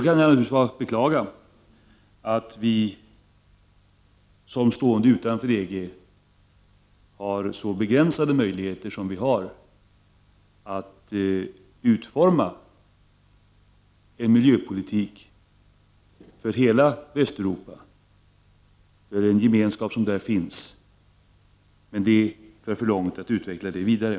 Men man kan naturligtvis beklaga att Sverige som stående utanför EG har så begränsade möjligheter att utforma en miljöpolitik för hela Väst 29 europa, med tanke på den gemenskap som där finns. Men det skulle föra för långt att utveckla detta vidare.